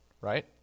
right